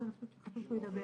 אני רק חושבת שחשוב שהוא ידבר.